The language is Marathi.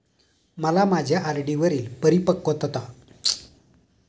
मला माझ्या आर.डी वरील परिपक्वता वा मॅच्युरिटी सूचना जाणून घ्यायची आहे